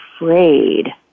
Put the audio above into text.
afraid